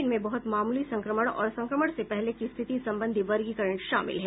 इसमें बहुत मामूली संक्रमण और संक्रमण से पहले की स्थिति संबंधी वर्गीकरण शामिल हैं